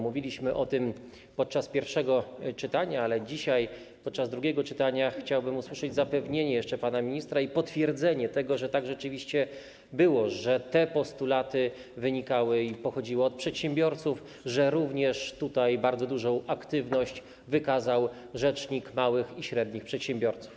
Mówiliśmy o tym podczas pierwszego czytania, ale dzisiaj, podczas drugiego czytania, chciałbym usłyszeć zapewnienie pana ministra i potwierdzenie tego, że tak rzeczywiście było, że te postulaty wynikały i pochodziły od przedsiębiorców, że bardzo dużą aktywność wykazał tutaj rzecznik małych i średnich przedsiębiorców.